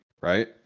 right